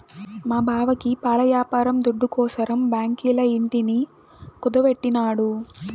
మా బావకి పాల యాపారం దుడ్డుకోసరం బాంకీల ఇంటిని కుదువెట్టినాడు